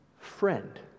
friend